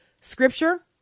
scripture